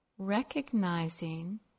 Recognizing